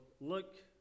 look